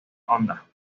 honda